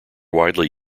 widely